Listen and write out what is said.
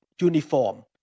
uniform